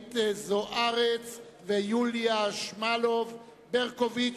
אורית זוארץ ויוליה שמאלוב-ברקוביץ,